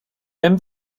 aime